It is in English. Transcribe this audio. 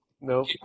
no